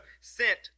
sent